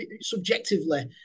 subjectively